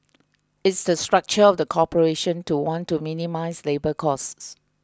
it's the structure of the corporation to want to minimize labour costs